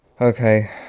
okay